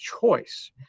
choice